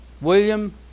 William